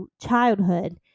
childhood